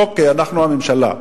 אוקיי, אנחנו, הממשלה,